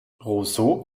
roseau